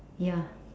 ya